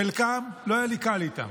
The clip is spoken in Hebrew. עם חלקם לא היה לי קל, עם